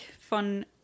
von